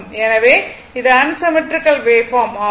எனவே இது unsymmetrical waveform ஆகும்